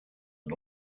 and